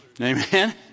Amen